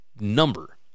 number